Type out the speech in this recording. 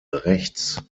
rechts